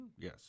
Yes